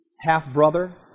Half-brother